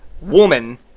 woman